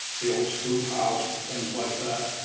the old schoolhouse and things like that.